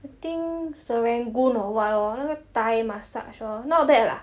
I think serangoon or what lor 那个 thai massage lor not bad lah